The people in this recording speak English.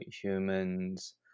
humans